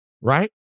right